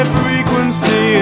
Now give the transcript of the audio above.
frequency